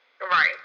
Right